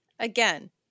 Again